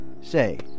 Say